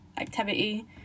activity